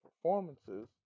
performances